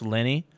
Lenny